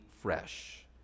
fresh